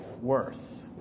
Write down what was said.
worth